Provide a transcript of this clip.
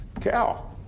cow